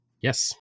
Yes